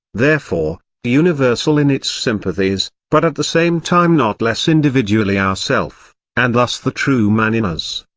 therefore, universal in its sympathies, but at the same time not less individually ourself and thus the true man in us,